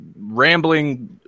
rambling